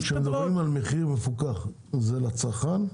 כשמדברים על מחיר מפוקח, זה לצרכן?